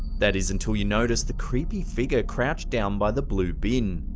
that is until you notice the creepy figure crouched down by the blue bin.